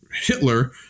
Hitler